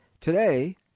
Today